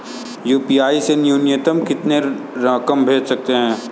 UPI से न्यूनतम कितनी रकम भेज सकते हैं?